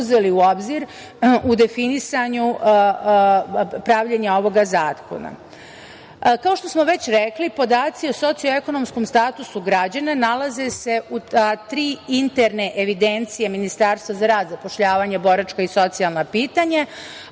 uzeli u obzir u definisanju pravljenja ovog zakona. Kao što smo već rekli, podaci o socioekonomskom statusu građana nalaze se u tri interne evidencije Ministarstva za rad, zapošljavanje, boračka i socijalna pitanja,